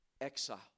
Exile